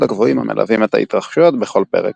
הקבועים המלווים את ההתרחשויות בכל פרק.